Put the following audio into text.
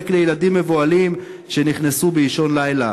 לילדים מבוהלים כשנכנסנו באישון לילה.